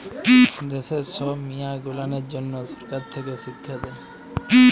দ্যাশের ছব মিয়াঁ গুলানের জ্যনহ সরকার থ্যাকে শিখ্খা দেই